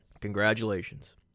Congratulations